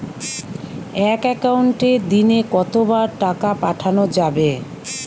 এক একাউন্টে দিনে কতবার টাকা পাঠানো যাবে?